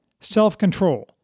self-control